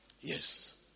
Yes